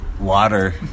Water